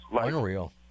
Unreal